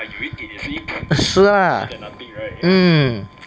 是 lah hmm